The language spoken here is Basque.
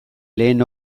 lehen